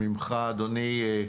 ממך אדוני,